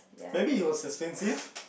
maybe it was expensive